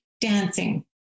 dancing